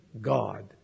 God